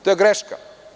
To je greška.